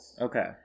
okay